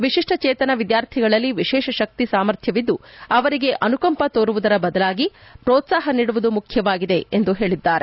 ವಿತಿಷ್ಲಚೇತನ ವಿದ್ಯಾರ್ಥಿಗಳಲ್ಲಿ ವಿಶೇಷ ಶಕ್ತಿ ಸಾಮರ್ಥ್ಯವಿದ್ದು ಅವರಿಗೆ ಅನುಕಂಪ ತೋರುವುದರ ಬದಲಾಗಿ ಪ್ರೋತ್ಸಾಹ ನೀಡುವುದು ಮುಖ್ಯವಾಗಿದೆ ಎಂದು ಹೇಳಿದ್ದಾರೆ